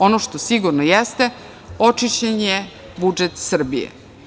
Ono što sigurno jeste, očišćen je budžet Srbije.